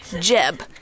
Jeb